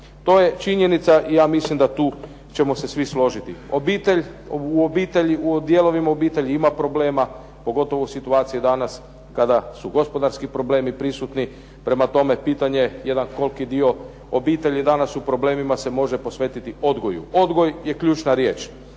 To je činjenica i ja mislim da ćemo se tu složiti. Obitelj, u obitelji u dijelovima obitelji ima problema, pogotovo u situaciji danas kada su gospodarski problemi prisutni, prema tome, pitanje jedan koliki dio obitelji danas u problemima se može posvetiti odgoju. Odgoj je ključna riječ.